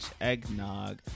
eggnog